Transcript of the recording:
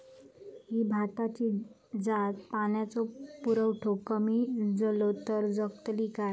ही भाताची जात पाण्याचो पुरवठो कमी जलो तर जगतली काय?